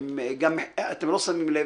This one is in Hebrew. גם אתם לא שמים לב,